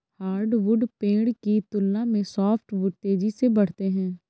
hardwood पेड़ की तुलना में सॉफ्टवुड तेजी से बढ़ते हैं